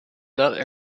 not